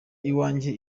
iwanjye